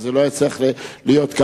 וזה לא היה צריך להיות כך.